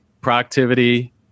productivity